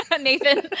Nathan